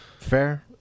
Fair